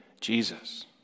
Jesus